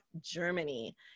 Germany